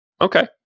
Okay